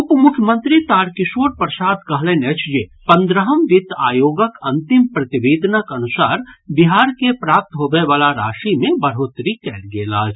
उपमुख्यमंत्री तारकिशोर प्रसाद कहलनि अछि जे पन्द्रहम वित्त आयोगक अंतिम प्रतिवेदनक अनुसार बिहार के प्राप्त होबयवला राशि मे बढ़ोतरी कयल गेल अछि